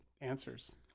answers